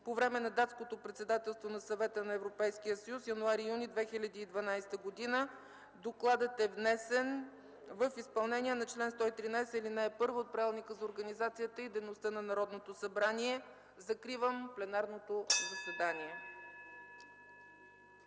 по време на Датското председателство на Съвета на Европейския съюз (януари-юни 2012 г.). Докладът е внесен в изпълнение чл. 113, ал. 1 от Правилника за организацията и дейността на Народното събрание. Закривам пленарното заседание.